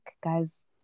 guys